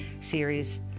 series